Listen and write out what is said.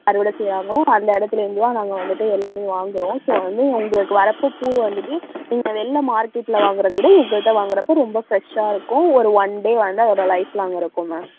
அறுவடை செய்யறாங்களோ அந்த இடத்துலேர்ந்துதான் நாங்கள் வந்துட்டு எல்லாமே வாங்குகிறோம் ஸோ வந்து உங்களுக்கு வரப்போ பூ வந்துட்டு நீங்கள் வெளில மார்க்கெட்டில் வாங்குறத விட எங்கள்கிட்ட வாங்குறப்போ ரொம்ப ஃபிரெஷ்ஷாக இருக்கும் ஒரு ஒன் டே வந்து அதோடய லைஃப் லாங் இருக்கும் மேம்